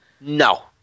No